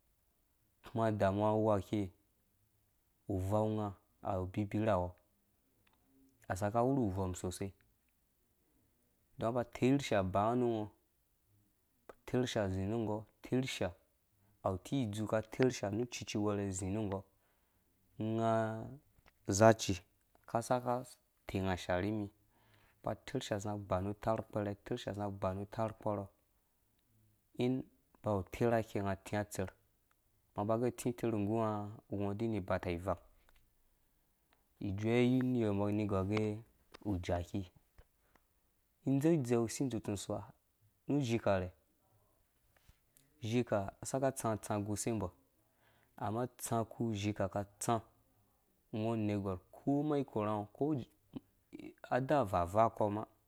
Ukuma udamuwa uwua ikɛi uvɔm nga awu ubibirawɔ aka saka awuru uvɔm sosai idan unga aba atersha abanga nungo, ateersha azi nu unggɔɔ, aterha awu utii idzuu aki itersha nu ucici wɛrɛ azi nu unggɔɔ unga uzaci aka isaka atengasha nimi aba atersha azia agba nu utarh ukpɛrɛ atesha azĩã agba nu utarh ukporɔ ing ubawu utera ikei, unya atiã utser abage atĩter nggu nga uwu ngo udii ini ibata ivang, ijuɛ yiniyɔ umbɔ ani igɔr uge ujaki idzeizzeu isi idzutun usua ni izhika harɛ uzhika asaka atsatsã guse umbɔ amma utsa ukpu unhika akai itsa ungo unergwar ukoma ikorhanga uko aa avaa vaa akɔma